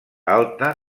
alta